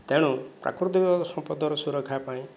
ତେଣୁ ପ୍ରାକୃତିକ ସମ୍ପଦର ସୁରକ୍ଷା ପାଇଁ